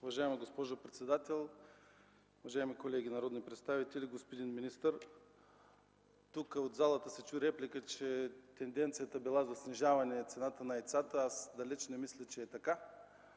Уважаема госпожо председател, уважаеми колеги народни представители, уважаеми господин министър! Тук от залата се чу реплика, че тенденцията била за снижаване цената на яйцата. Аз далеч не мисля, че е така.